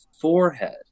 forehead